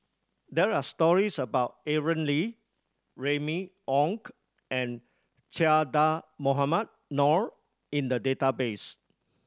there are stories about Aaron Lee Remy Ong and Che Dah Mohamed Noor in the database